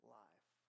life